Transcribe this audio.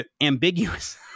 ambiguous